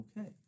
Okay